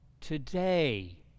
Today